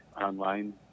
online